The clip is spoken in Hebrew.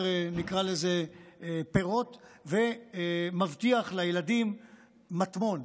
פירות ומבטיח לילדים מטמון,